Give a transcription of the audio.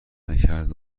نکرد